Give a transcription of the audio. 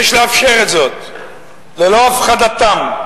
יש לאפשר זאת ללא הפחדתם,